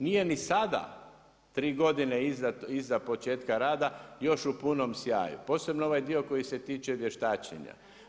Nije ni sada tri godine iza početka rada još u punom sjaju, posebno ovaj dio koji se tiče vještačenja.